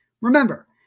remember